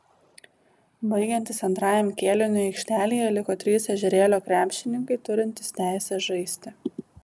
baigiantis antrajam kėliniui aikštelėje liko trys ežerėlio krepšininkai turintys teisę žaisti